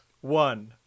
one